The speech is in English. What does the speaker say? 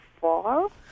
fall